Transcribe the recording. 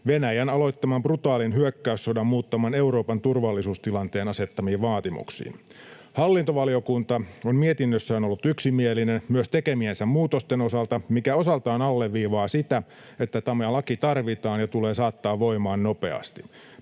Venäjän aloittaman brutaalin hyökkäyssodan muuttaman Euroopan turvallisuustilanteen asettamiin vaatimuksiin. Hallintovaliokunta on mietinnössään ollut yksimielinen myös tekemiensä muutosten osalta, mikä osaltaan alleviivaa sitä, että tämä laki tarvitaan ja tulee saattaa voimaan nopeasti.